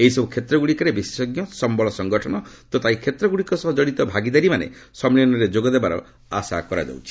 ଏହିସବୁ କ୍ଷେତ୍ରଗୁଡ଼ିକରେ ବିଶେଷଜ୍ଞ ସମ୍ବଳ ସଂଗଠନ ତଥା ଏହି କ୍ଷେତ୍ରଗୁଡ଼ିକ ସହ ଜଡ଼ିତ ଭାଗିଦାରୀମାନେ ସମ୍ମିଳନୀରେ ଯୋଗଦେବାର ଆଶା କରାଯାଉଛି